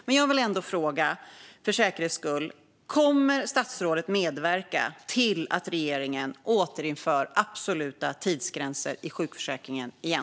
Men jag vill ändå fråga för säkerhets skull: Kommer statsrådet att medverka till att regeringen återinför absoluta tidsgränser i sjukförsäkringen?